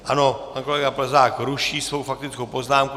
Ano, pan kolega Plzák ruší svou faktickou poznámku.